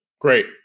Great